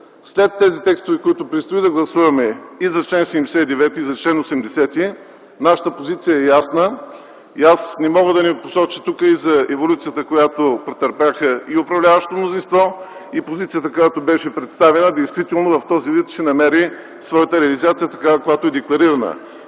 След тези текстове, които предстои да гласуваме – и за чл. 79, и за чл. 80, нашата позиция е ясна. Аз не мога да не посоча тук еволюцията, която претърпяха и управляващото мнозинство, и позицията, която беше представена, която в този си вид ще намери своята реализация такава, каквато е декларирана.